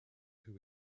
who